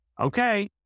okay